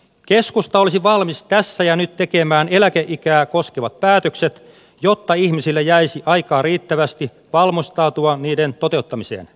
keskusta olisi valmis tässä ja nyt tekemään eläkeikää koskevat päätökset jotta ihmisille jäisi aikaa riittävästi valmistautua niiden toteuttamiseen